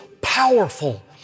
powerful